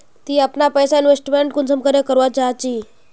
ती अपना पैसा इन्वेस्टमेंट कुंसम करे करवा चाँ चची?